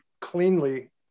cleanly